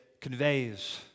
conveys